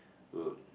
would